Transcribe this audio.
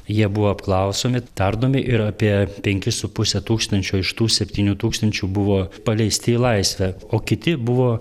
jie buvo apklausomi tardomi ir apie penkis su puse tūkstančio iš tų septynių tūkstančių buvo paleisti į laisvę o kiti buvo